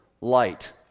light